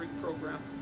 program